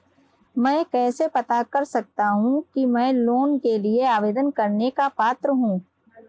मैं कैसे पता कर सकता हूँ कि मैं लोन के लिए आवेदन करने का पात्र हूँ?